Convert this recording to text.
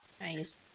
Nice